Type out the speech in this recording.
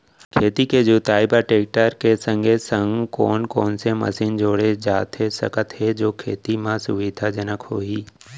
खेत के जुताई बर टेकटर के संगे संग कोन कोन से मशीन जोड़ा जाथे सकत हे जो खेती म सुविधाजनक होही?